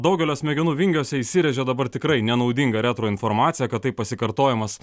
daugelio smegenų vingiuose įsirėžė dabar tikrai nenaudinga retro informacija kad taip pasikartojamas